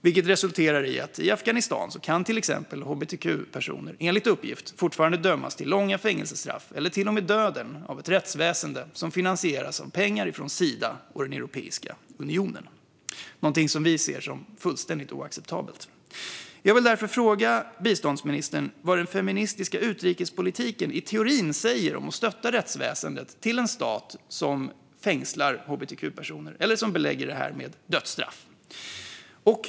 Detta resulterar till exempel i att hbtq-personer i Afghanistan enligt uppgift fortfarande kan dömas till långa fängelsestraff, eller till och med döden, av ett rättsväsen som finanserias av pengar från Sida och Europeiska unionen - någonting som vi ser som fullständigt oacceptabelt. Jag vill därför fråga biståndsministern vad den feministiska utrikespolitiken i teorin säger om att stötta rättsväsendet i en stat som fängslar hbtq-personer eller belägger detta med dödsstraff.